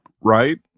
Right